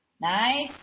nice